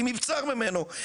אם נבצר ממנו,